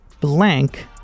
blank